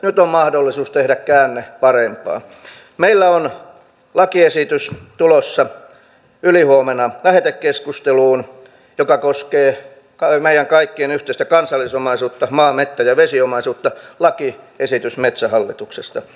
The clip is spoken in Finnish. mutta viisautta on myös pitää huolta siitä että meillä on uskottava oma puolustus kunnossa ja siitä nyt keskustellaan kun keskustellaan puolustusministeriön hallinnonalan budjetista